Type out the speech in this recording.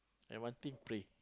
and one thing pray